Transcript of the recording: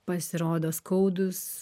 pasirodo skaudūs